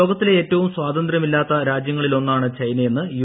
ലോകത്തിലെ ഏറ്റവും സ്വാതന്ത്ര്യമില്ലാത്ത രാജ്യങ്ങളിലൊന്നാണ് ചൈനയെന്ന് യു